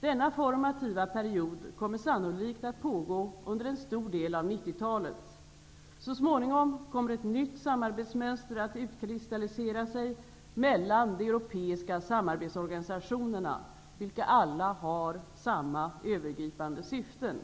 Denna formativa period kommer sannolikt att pågå under en stor del av 90-talet. Så småningom kommer ett nytt samarbetsmönster att utkristallisera sig mellan de europeiska samarbetsorganisationerna, vilka alla har samma övergripande syften.